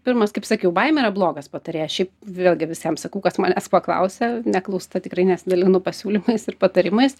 pirmas kaip sakiau baimė yra blogas patarėjas šiaip vėlgi visiem sakau kas manęs paklausia neklausta tikrai nesidalinu pasiūlymais ir patarimais